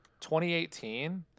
2018